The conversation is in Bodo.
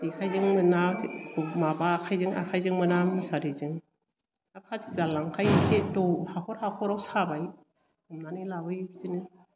जेखायजों मोना माबा आखायजों मोना मुसारिजों आर फासि जाल लांखायो एसे दं हाखर हाखर साबा हमनानै लाबोयो बिदिनो